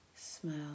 smell